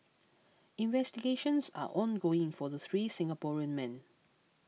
investigations are ongoing for the three Singaporean men